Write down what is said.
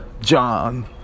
John